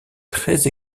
très